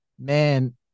man